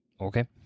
Okay